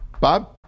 Bob